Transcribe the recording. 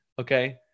Okay